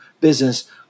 business